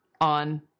on